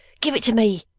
give it to me